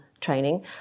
training